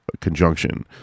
conjunction